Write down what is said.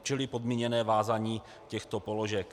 Čili podmíněné vázání těchto položek.